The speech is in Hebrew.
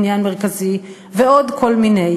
תשתית סלולרית, עניין מרכזי, ועוד כל מיני.